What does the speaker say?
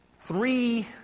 three